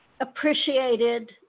appreciated